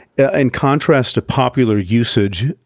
in contract to popular usage,